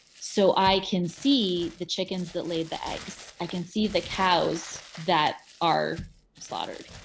so i can see the chickens that laid the eggs. i can see the cows that are slaughtered